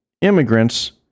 immigrants